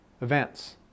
events